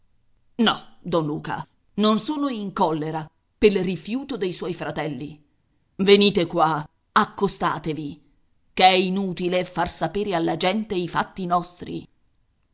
no don luca non sono in collera pel rifiuto dei suoi fratelli venite qua accostatevi ch'è inutile far sapere alla gente i fatti nostri